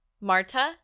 Marta